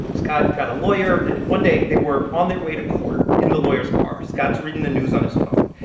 scott got a lawyer. and one day, they were on their way to court in the lawyer's car. scott's reading the news on his phone,